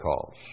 calls